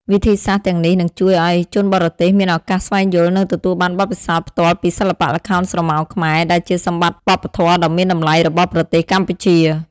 វិធីសាស្រ្តទាំងនេះនឹងជួយឲ្យជនបរទេសមានឱកាសស្វែងយល់ និងទទួលបានបទពិសោធន៍ផ្ទាល់ពីសិល្បៈល្ខោនស្រមោលខ្មែរ ដែលជាសម្បត្តិវប្បធម៌ដ៏មានតម្លៃរបស់ប្រទេសកម្ពុជា។